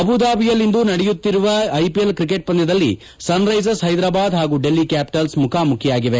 ಅಬುದಾಭಿಯಲ್ಲಿಂದು ನಡೆಯುತ್ತಿರುವ IPL cricket ಪಂದ್ಯದಲ್ಲಿ Sunrisers Hyderabad ಪಾಗೂ ಡಲ್ಲಿ ಕ್ಕಾಟುಲ್ಸ್ ಮುಖಾಮುಖಿಯಾಗಿವೆ